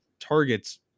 target's